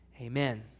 Amen